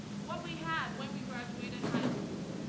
what we had when we graduated high school.